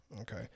Okay